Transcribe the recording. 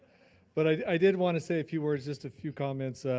but i did wanna say a few words, just a few comments.